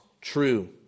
true